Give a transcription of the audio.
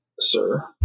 Sir